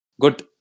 Good